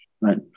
right